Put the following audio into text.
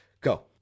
Go